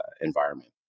environment